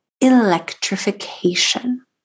electrification